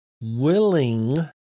Willing